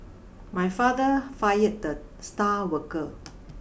my father fired the star worker